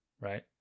Right